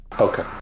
Okay